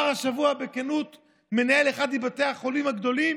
אמר השבוע בכנות מנהל אחד מבתי החולים הגדולים: